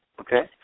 Okay